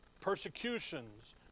persecutions